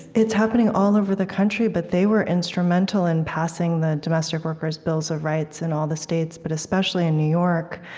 it's happening all over the country, but they were instrumental in passing the domestic workers bills of rights in all the states, but especially in new york.